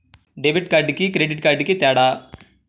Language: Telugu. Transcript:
డెబిట్ కార్డుకి క్రెడిట్ కార్డుకి తేడా?